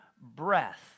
breath